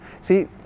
See